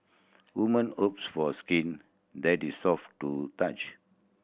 woman hopes for a skin that is soft to touch